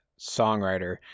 songwriter